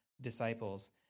disciples